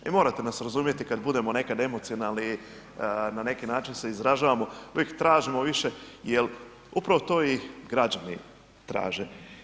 I morate nas razumjeti kada budemo nekad emocionalni na neki način se izražavamo, uvijek tražimo više jel upravo to i građani traže.